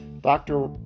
doctor